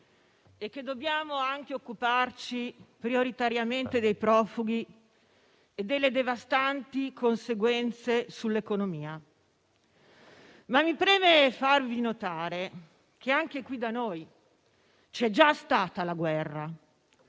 e che dobbiamo occuparci prioritariamente dei profughi e delle devastanti conseguenze sull'economia, ma mi preme farvi notare che anche qui da noi c'è già stata la guerra: